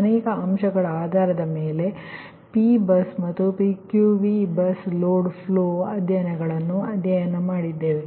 ಅನೇಕ ಅಂಶಗಳ ಆಧಾರದ ಮೇಲೆ ಅಂದರೆ P ಬಸ್ ಮತ್ತು PQV ಬಸ್ ಲೋಡ್ ಫ್ಲೋ ಅಧ್ಯಯನಗಳನ್ನು ಅಧ್ಯಯನ ಮಾಡಿದ್ದೇವೆ